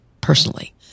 personally